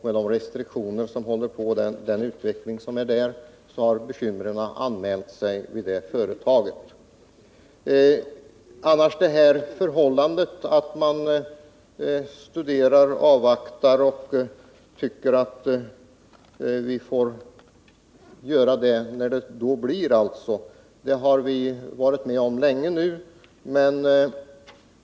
Med den utveckling som sker och de restriktioner som införts har bekymren anmält sig för Electrolux. Det förhållandet att man studerar, avvaktar och aviserar ingripanden när så blir nödvändigt har vi varit med om länge nu.